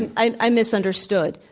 and i i misunderstood.